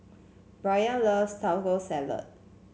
Brayan loves Taco Salad